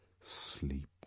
Sleep